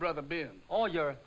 brother been all your